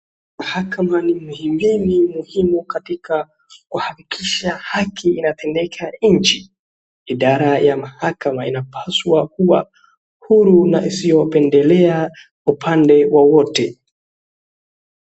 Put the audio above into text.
Mahakama ni kipengele muhimu katika kuhakikisha haki inatendeka nchi, idara ya mahakama inapaswa kuwa huru na isiyo pendelea upande wowote.